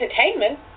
entertainment